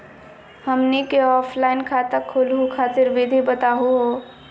हमनी क ऑफलाइन खाता खोलहु खातिर विधि बताहु हो?